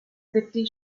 fifty